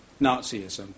Nazism